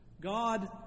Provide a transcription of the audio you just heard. God